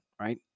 right